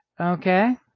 Okay